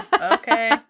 okay